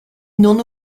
non